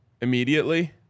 immediately